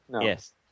Yes